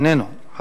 איננו,